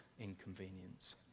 inconvenience